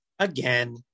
Again